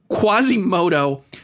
Quasimodo